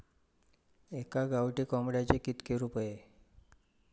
एका गावठी कोंबड्याचे कितके रुपये?